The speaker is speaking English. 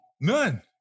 None